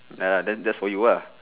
ya lah then just for you ah